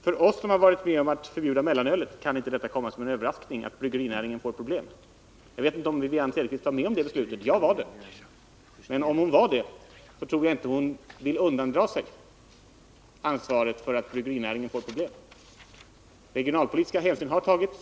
För oss som varit med om att förbjuda mellanölet kan det inte komma som en överraskning att bryggerinäringen fått problem. Jag vet inte om Wivi-Anne Cederqvist var med om det beslutet — jag var det. Om hon var med tror jag inte att hon nu vill undandra sig ansvaret för att bryggerinäringen har fått problem.